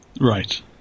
Right